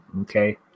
okay